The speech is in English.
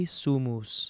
sumus